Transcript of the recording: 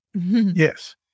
yes